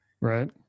Right